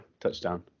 touchdown